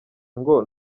ngo